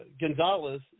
Gonzalez